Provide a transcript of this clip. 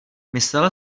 myslel